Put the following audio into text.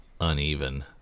uneven